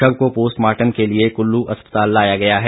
शव को पोस्टमार्टम के लिए कुल्लू अस्पताल लाया गया है